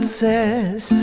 says